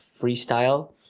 freestyle